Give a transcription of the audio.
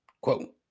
quote